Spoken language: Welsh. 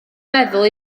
meddwl